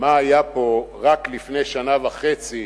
מה היה פה רק לפני שנה וחצי